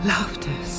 Laughter